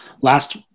last